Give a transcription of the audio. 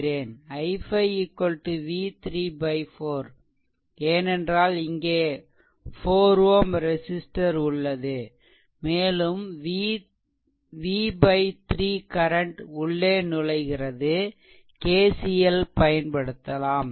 I5 v3 4 ஏனென்றால் இங்கே 4 Ω resistor உள்ளது மேலும் v 3 கரன்ட் உள்ளே நுழைகிறது KCL பயன்படுத்தலாம்